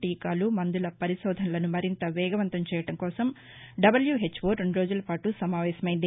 టీకాలు మందుల పరిశోధనలను మరింత వేగవంతం చేయడం కోసం డబ్యూహెచ్వో రెండు రోజుల పాటు సమావేశమయ్యింది